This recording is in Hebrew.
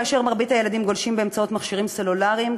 כאשר מרבית הילדים גולשים באמצעות מכשירים סלולריים,